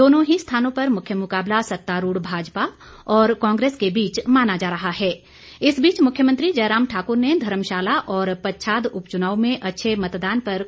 दोनों ही स्थानों पर मुख्य मुकाबला सत्तारूढ भाजपा और कांग्रेस के बीच माना इस बीच मुख्यमंत्री जयराम ठाक्र ने धर्मशाला और पच्छाद उपचुनाव में अच्छे मतदान पर जा रहा है